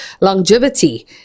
longevity